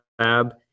Lab